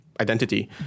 identity